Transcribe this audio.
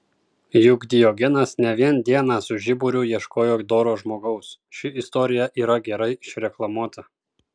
juk diogenas ne vien dieną su žiburiu ieškojo doro žmogaus ši istorija yra gerai išreklamuota